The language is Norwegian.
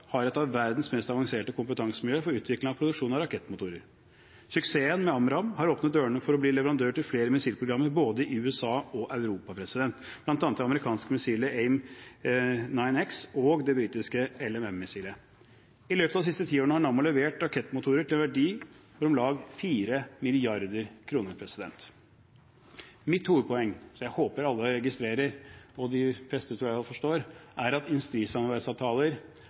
har et av verdens mest avanserte kompetansemiljø for utvikling og produksjon av rakettmotorer. Suksessen med AMRAAM har åpnet dørene for å bli leverandør av flere missilprogrammer til både USA og Europa, bl.a. til det amerikanske missilet AIM-9X og det britiske LMM-missilet. I løpet av de siste ti årene har Nammo levert rakettmotorer til en verdi av om lag 4 mrd. kr. Mitt hovedpoeng er, som jeg håper alle registrerer, og jeg tror de fleste forstår det, at industrisamarbeidsavtaler